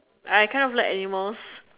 I kind of like animals